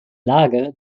lage